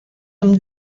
amb